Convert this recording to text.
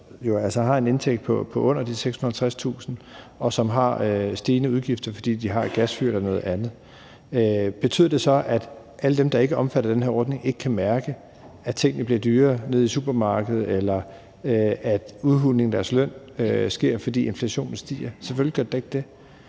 har en indtægt på under de 650.000 kr., og som har stigende udgifter, fordi de har et gasfyr eller noget andet. Betyder det så, at alle dem, der ikke er omfattet af den her ordning, ikke kan mærke, at tingene bliver dyrere nede i supermarkedet, eller at udhulingen af deres løn sker, fordi inflationen stiger? Selvfølgelig gør det da ikke det.